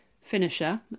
finisher